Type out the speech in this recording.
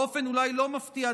באופן אולי לא מפתיע,